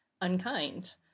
unkind